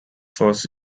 first